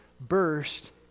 burst